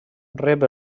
rep